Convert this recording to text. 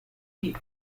die